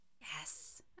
Yes